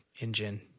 engine